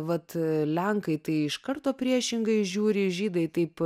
vat lenkai tai iš karto priešingai žiūri žydai taip